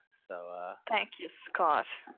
so ah thank you scott.